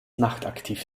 nachtaktiv